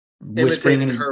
whispering